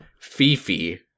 Fifi